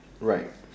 right